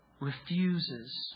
refuses